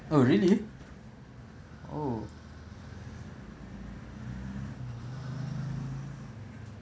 oh really oh